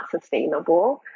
sustainable